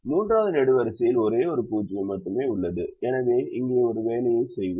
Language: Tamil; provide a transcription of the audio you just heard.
மூன்றாவது நெடுவரிசையில் ஒரே ஒரு 0 மட்டுமே உள்ளது எனவே இங்கே ஒரு வேலையை செய்வோம்